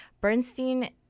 Bernstein